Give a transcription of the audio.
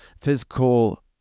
physical